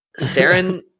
Saren